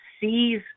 sees